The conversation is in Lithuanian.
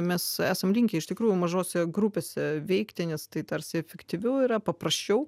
mes esam linkę iš tikrųjų mažose grupėse veikti nes tai tarsi efektyviau yra paprasčiau